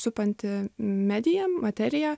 supanti medija materija